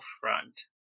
front